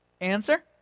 answer